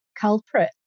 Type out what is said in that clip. culprit